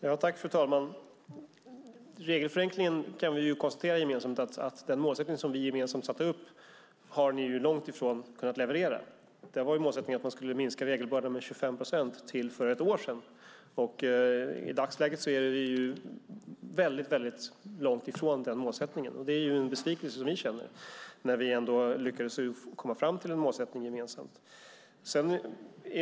Fru talman! Vad gäller regelförenklingen kan vi konstatera att ni långt ifrån har kunnat leva upp till vår gemensamma målsättning. Målsättningen var att man skulle minska regelbördan med 25 procent till för ett år sedan. I dagsläget är det väldigt långt ifrån den målsättningen. Vi känner besvikelse över det, när vi ändå lyckades komma fram till en målsättning gemensamt.